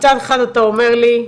מצד אחד אתה אומר לי,